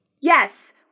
Yes